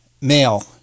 male